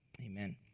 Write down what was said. Amen